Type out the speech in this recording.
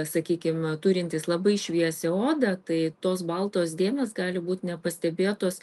sakykim turintys labai šviesią odą tai tos baltos dėmės gali būt nepastebėtos